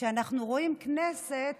שאנחנו רואים כנסת